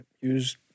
use